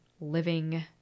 living